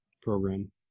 program